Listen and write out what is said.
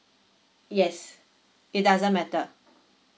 yes it doesn't matter